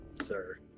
Sir